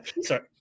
Sorry